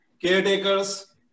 caretakers